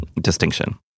distinction